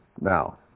Now